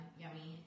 yummy